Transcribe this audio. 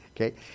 Okay